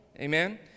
amen